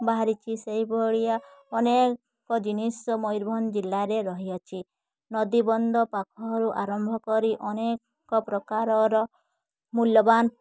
ବାହାରିଛି ସେଇ ଭଳିଆ ଅନେକ ଜିନିଷ ମୟୂରଭଞ୍ଜ ଜିଲ୍ଲାରେ ରହିଅଛି ନଦୀବନ୍ଧ ପାଖରୁ ଆରମ୍ଭ କରି ଅନେକ ପ୍ରକାରର ମୂଲ୍ୟବାନ